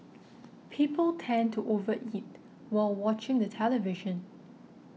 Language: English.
people tend to over eat while watching the television